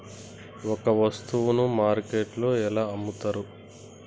ఒక వస్తువును మార్కెట్లో ఎలా అమ్ముతరు?